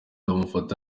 bamufata